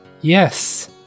Yes